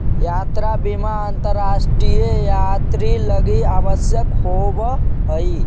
यात्रा बीमा अंतरराष्ट्रीय यात्रि लगी आवश्यक होवऽ हई